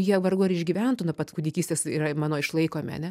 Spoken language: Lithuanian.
jie vargu ar išgyventų nuo pat kūdikystės yra mano išlaikomi ne